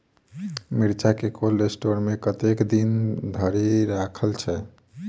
मिर्चा केँ cold store मे कतेक दिन धरि राखल छैय?